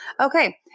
Okay